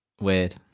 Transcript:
Weird